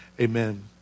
amen